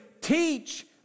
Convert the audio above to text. teach